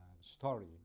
story